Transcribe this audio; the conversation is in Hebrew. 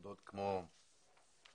הגעת לארץ, לא למדת הרבה,